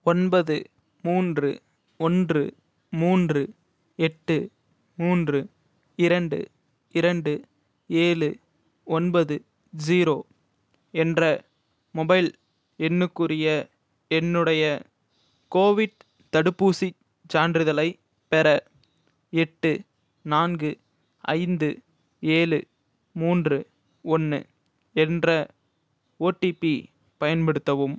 ஒன்பது மூன்று ஒன்று மூன்று எட்டு மூன்று இரண்டு இரண்டு ஏழு ஒன்பது ஸீரோ என்ற மொபைல் எண்ணுக்குரிய என்னுடைய கோவிட் தடுப்பூசிச் சான்றிதழைப் பெற எட்டு நான்கு ஐந்து ஏழு மூன்று ஒன்று என்ற ஓடிபி பயன்படுத்தவும்